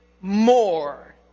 more